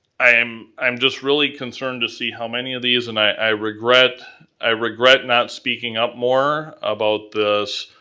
i'm i'm just really concerned to see how many of these, and i regret i regret not speaking up more about this,